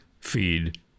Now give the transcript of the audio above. feed